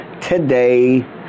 today